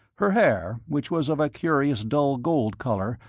her hair, which was of a curious dull gold colour,